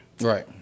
Right